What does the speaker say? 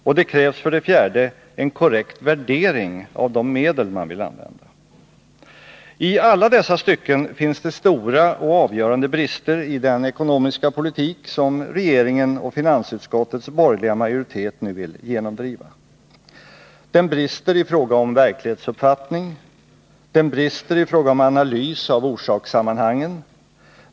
Och det krävs för det fjärde en korrekt värdering av de medel man vill använda. Talla dessa stycken finns det stora och avgörande brister i den ekonomiska politik som regeringen och finansutskottets borgerliga majoritet nu vill genomdriva. Den brister i fråga om verklighetsuppfattning. Den brister i fråga om analys av orsakssammanhangen.